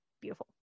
beautiful